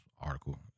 article